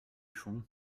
fond